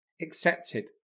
accepted